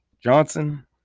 Johnson